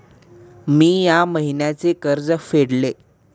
मी या महिन्याचे कर्ज फेडले